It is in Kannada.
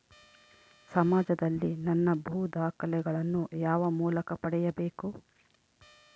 ಸಮಾಜದಲ್ಲಿ ನನ್ನ ಭೂ ದಾಖಲೆಗಳನ್ನು ಯಾವ ಮೂಲಕ ಪಡೆಯಬೇಕು?